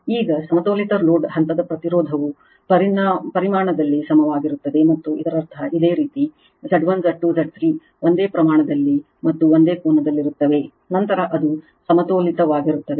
ಈಗ ಸಮತೋಲಿತ ಲೋಡ್ ಹಂತದ ಪ್ರತಿರೋಧವು ಪರಿಮಾಣದಲ್ಲಿ ಸಮಾನವಾಗಿರುತ್ತದೆ ಮತ್ತು ಇದರರ್ಥ ಅದೇ ರೀತಿ Z1 Z2 Z3 ಒಂದೇ ಪ್ರಮಾಣದಲ್ಲಿ ಮತ್ತು ಒಂದೇ ಕೋನದಲ್ಲಿರುತ್ತವೆ ನಂತರ ಅದು ಸಮತೋಲಿತವಾಗಿರುತ್ತದೆ